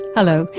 hello,